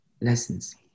lessons